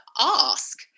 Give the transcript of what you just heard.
ask